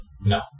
No